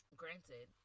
granted